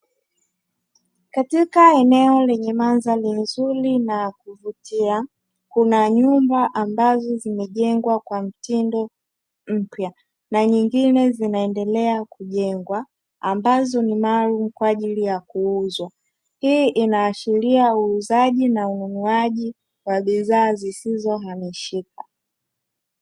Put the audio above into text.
Katika eneno lenye mandhari nzuri na ya kuvutia, kuna nyumba ambazo zimejengwa kwa mtindo mpya, na nyingine zinaendelea kujengwa ambazo ni maalum kwa ajili ya kuuzwa hii inaashiria uuzaji na ununuaji wa bidhaa zisizo hamishika.